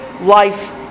life